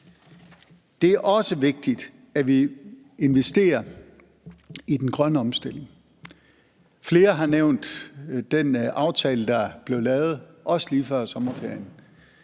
Det er også vigtigt, at vi investerer i den grønne omstilling. Flere har nævnt den aftale, der blev lavet, også lige før sommerferien,